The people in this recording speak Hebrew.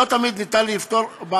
לא תמיד ניתן לפתור,